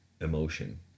emotion